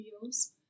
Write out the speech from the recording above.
feels